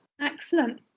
Excellent